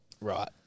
Right